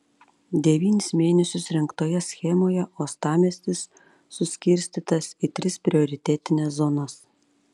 devynis mėnesius rengtoje schemoje uostamiestis suskirstytas į tris prioritetines zonas